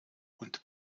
und